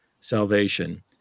salvation